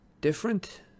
different